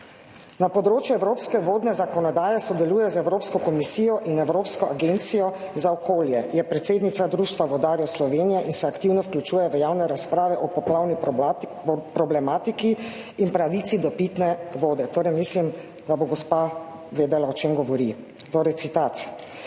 Na področju evropske vodne zakonodaje sodeluje z Evropsko komisijo in Evropsko agencijo za okolje, je predsednica Društva vodarjev Slovenije in se aktivno vključuje v javne razprave o poplavni problematiki in pravici do pitne vode. Torej, mislim, da bo gospa vedela o čem govori. Torej citat: